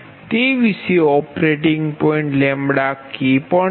તે વિશે operating point K છે